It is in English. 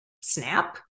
snap